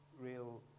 real